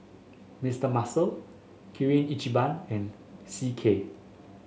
Mister Muscle Kirin Ichiban and C K